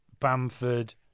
Bamford